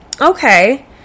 Okay